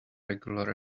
regular